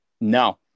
No